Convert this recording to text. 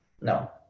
No